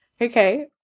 Okay